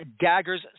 Daggers